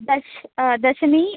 दश् दशमी